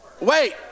Wait